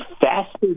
faster